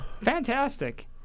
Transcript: Fantastic